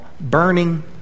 burning